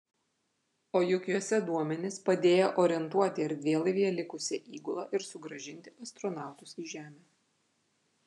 o juk juose duomenys padėję orientuoti erdvėlaivyje likusią įgulą ir sugrąžinti astronautus į žemę